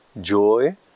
joy